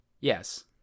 Yes